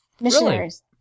Missionaries